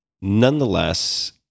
Nonetheless